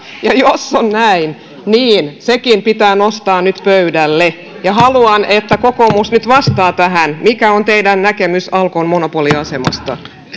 ja jos on näin niin sekin pitää nostaa nyt pöydälle haluan että kokoomus nyt vastaa tähän mikä on teidän näkemyksenne alkon monopoliasemasta